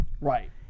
Right